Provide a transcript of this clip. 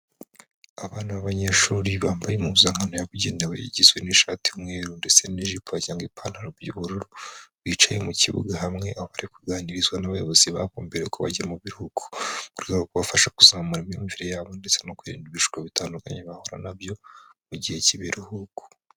Abana b'abanyeshuri bambaye impuzankano yabugenewe igizwe n'ishati y'umweru ndetse n'ijipo cyangwa ipantaro by'ubururu, bicaye mu kibuga hamwe abari kuganirizwa n'abayobozi babo mbere kubajya mu biruhuko, mu rwego rwo kubafasha kuzamura imyumvire yabo ndetse no kwirinda ibishuko bitandukanye bahura nabyo mu gihe cy'ibiruhuko.